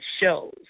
shows